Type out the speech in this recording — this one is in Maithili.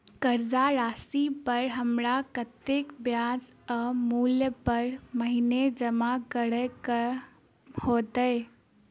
कर्जा राशि पर हमरा कत्तेक ब्याज आ मूल हर महीने जमा करऽ कऽ हेतै?